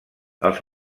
els